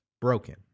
broken